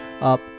up